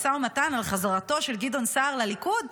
משא ומתן על חזרתו של גדעון סער לליכוד,